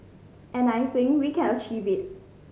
and I think we can achieve it